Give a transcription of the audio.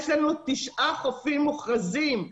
יש לנו תשעה חופים מוכרזים.